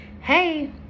hey